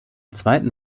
zweiten